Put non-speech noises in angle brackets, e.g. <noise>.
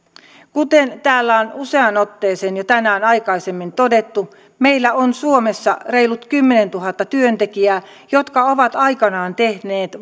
kuten täällä on useaan otteeseen jo tänään aikaisemmin todettu meillä on suomessa reilut kymmenentuhatta työntekijää jotka ovat aikoinaan tehneet <unintelligible>